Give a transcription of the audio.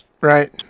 Right